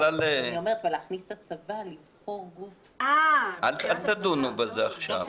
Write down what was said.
אבל להכניס את הצבא לבחור גוף --- אל תדונו בזה עכשיו.